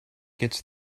gets